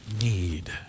need